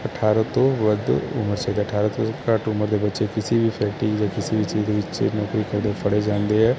ਅਠਾਰਾਂ ਤੋਂ ਵੱਧ ਹੋਣਾ ਚਾਹੀਦਾ ਅਠਾਰਾਂ ਤੋ ਘੱਟ ਕਿਸੇ ਵੀ ਬੱਚੇ ਨੂੰ ਕਿਸੇ ਵੀ ਫੈਕਟਰੀ ਜਾਂ ਕਿਸੇ ਵੀ ਚੀਜ਼ ਦੇ ਵਿਚ ਨੌਕਰੀ ਕਰਦਾ ਫੜੇ ਜਾਂਦੇ ਹੈ